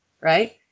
Right